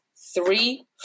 three